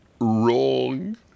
Wrong